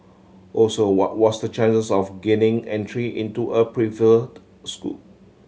also what was the chances of gaining entry into a preferred school